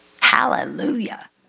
Hallelujah